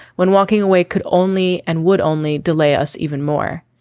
when walking away could only and would only delay us even more.